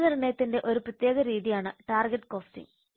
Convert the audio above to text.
വിലനിർണ്ണയത്തിൻറെ ഒരു പ്രത്യേക രീതിയാണ് ടാർഗെറ്റ് കോസ്റ്റിംഗ്